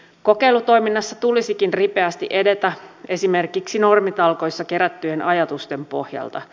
kokeilutoiminnassa tulisikin ripeästi edetä esimerkiksi normitalkoissa kerättyjen ajatusten pohjalta